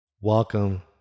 Welcome